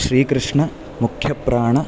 Shri Krishna Mukhyaprana